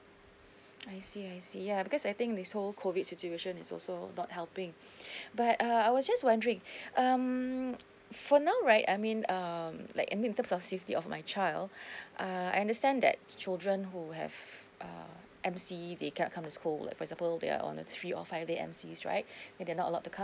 I see I see ya because I think this whole COVID situation is also not helping but uh I was just wondering um for now right I mean um like I mean in terms of safety of my child uh I understand that children who have uh M_C they cannot come to school like for example they are on a three or five day M_Cs right and they're not allowed to come